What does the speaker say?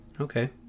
okay